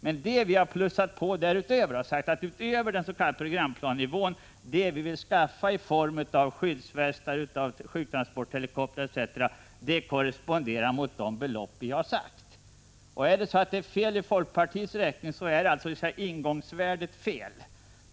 Men det vi har plussat på utöver den s.k. programplanenivån — det vi vill skaffa i form av skyddsvästar, sjuktransporthelikoptrar etc. — korresponderar mot de belopp vi har angivit. Är det fel i folkpartiets räkning, 69 så beror det i så fall på att ingångsvärdet är fel.